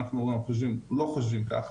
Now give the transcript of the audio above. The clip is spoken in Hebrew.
אנחנו לא חושבים ככה,